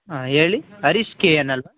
ಹಾಂ ಹೇಳಿ Harish K N ಅಲ್ವಾ